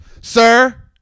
sir